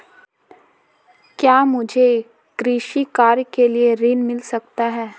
क्या मुझे कृषि कार्य के लिए ऋण मिल सकता है?